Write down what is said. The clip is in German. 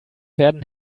werden